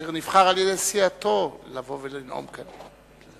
אשר נבחר על-ידי סיעתו לבוא ולנאום כאן.